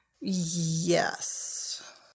Yes